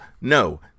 no